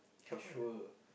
k sure